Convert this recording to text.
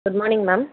good morning ma'am